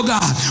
God